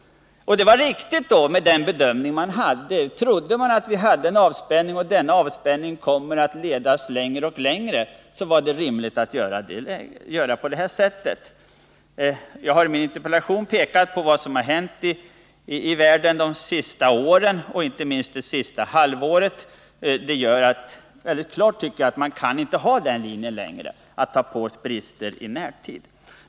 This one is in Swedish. Det var riktigt och rimligt att göra på det sättet, med den bedömning man hade då. Vi trodde att det rådde avspänning och att denna avspänning skulle komma att ledas längre och längre. Jag har i min interpellation pekat på vad som hänt i världen de senaste åren, inte minst det senaste halvåret. Det står klart, tycker jag, att vi inte längre kan hålla fast vid linjen att ta på oss brister i närtid.